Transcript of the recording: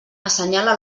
assenyala